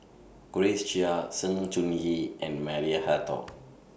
Grace Chia Sng Choon Yee and Maria Hertogh